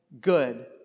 good